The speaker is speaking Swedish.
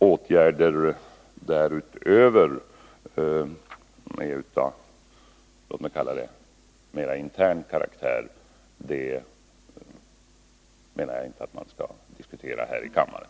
Åtgärder därutöver är av mera intern karaktär, och jag menar att man inte skall diskutera det här i kammaren.